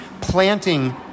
planting